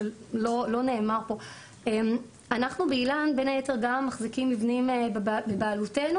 אנחנו באיל"ן בין היתר גם מחזיקים מבנים בבעלותנו,